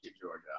Georgia